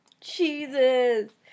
Jesus